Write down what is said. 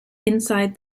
inside